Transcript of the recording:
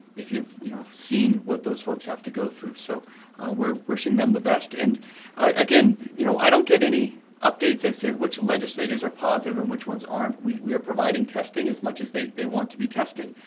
if you've you know seen what those folks have to go through. so we're wishing them the best. and again, you know i don't get any updates as to which legislators are positive and which ones aren't. we're providing testing as much as they want to be tested.